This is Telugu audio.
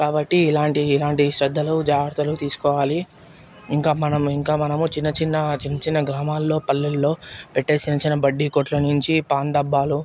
కాబట్టి ఇలాంటి ఇలాంటి శ్రద్ధలు జాగ్రత్తలు తీసుకోవాలి ఇంకా మనం ఇంకా మనము చిన్న చిన్న చిన్న చిన్న గ్రామాలలో పల్లెల్లో పెట్టే చిన్న చిన్న బడ్డీ కొట్టులు నుంచి పాన్ డబ్బాలు